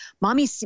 mommy